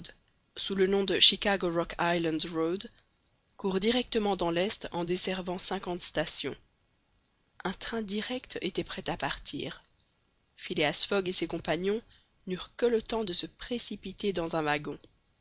sous le nom de chicago rock island road court directement dans l'est en desservant cinquante stations un train direct était prêt à partir phileas fogg et ses compagnons n'eurent que le temps de se précipiter dans un wagon